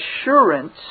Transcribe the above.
assurance